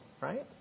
right